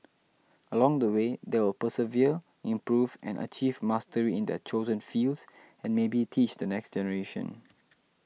along the way they will persevere improve and achieve mastery in their chosen fields and maybe teach the next generation